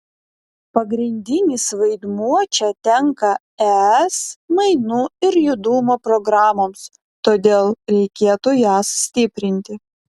pagrindinis vaidmuo čia tenka es mainų ir judumo programoms todėl reikėtų jas stiprinti